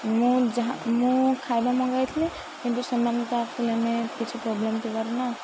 ମୁଁ ଯାହା ମୁଁ ଖାଇବା ମଗାଇଥିଲି କିନ୍ତୁ ସେମାନେ ତ ଆସିଲେନି କିଛି ପ୍ରୋବ୍ଲେମ୍ ଥିବାରୁ ନା